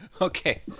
Okay